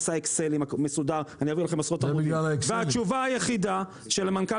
עשה אקסל מסודר והתשובה היחידה של המנכ"ל